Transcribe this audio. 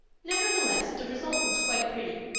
nevertheless, the result was quite pretty,